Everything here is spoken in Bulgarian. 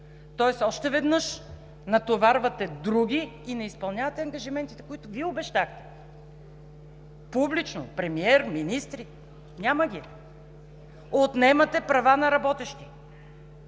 Тоест, още веднъж натоварвате други и не изпълнявате ангажиментите, които Вие обещахте публично – премиер, министри! Няма ги! Отнемате права на работещите!